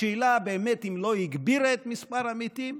השאלה היא באמת אם היא לא הגבירה את מספר המתים,